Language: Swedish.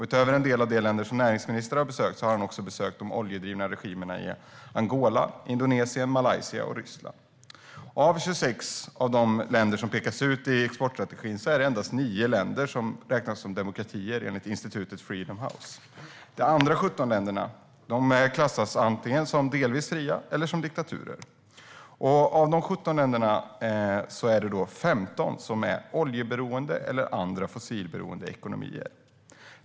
Utöver en del av de länder som näringsministern har besökt har han också besökt de oljedrivna regimerna i Angola, Indonesien, Malaysia och Ryssland. Av de 26 länder som pekas ut i exportstrategin är det endast 9 länder som räknas som demokratier enligt institutet Freedom House. De andra 17 länderna klassas antingen som delvis fria eller som diktaturer. Av de 17 länderna är det 15 som är oljeberoende eller har andra fossilberoende ekonomier.